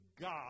God